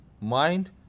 Mind